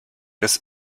des